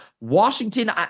Washington